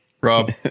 Rob